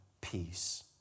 peace